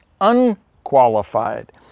unqualified